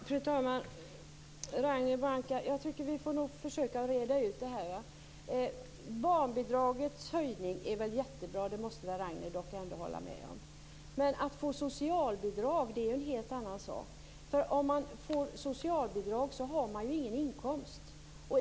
Fru talman! Ragnhild Pohanka, vi får nog försöka reda ut detta. Höjningen av barnbidraget är mycket bra. Det håller väl Ragnhild Pohanka med om, eller hur? Att få socialbidrag är dock en helt annan sak. Den som får socialbidrag har ingen inkomst.